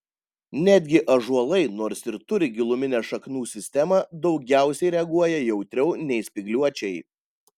netgi ąžuolai nors ir turi giluminę šaknų sistemą daugiausiai reaguoja jautriau nei spygliuočiai